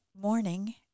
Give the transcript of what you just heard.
morning